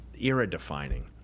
era-defining